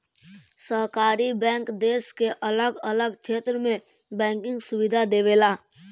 सहकारी बैंक देश के अलग अलग क्षेत्र में बैंकिंग सुविधा देवेला